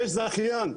יש זכיין,